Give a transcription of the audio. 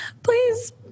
Please